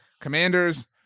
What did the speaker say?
Commanders